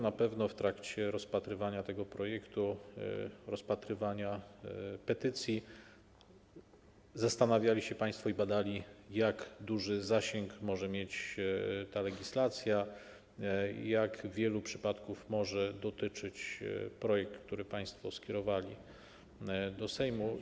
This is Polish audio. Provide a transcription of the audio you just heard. Na pewno w trakcie rozpatrywania tego projektu, rozpatrywania petycji zastanawiali się państwo i badali, jak duży zasięg może mieć ta legislacja, jak wielu przypadków może dotyczyć projekt, który państwo skierowali do Sejmu.